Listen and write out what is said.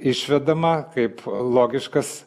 išvedama kaip logiškas